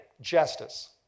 justice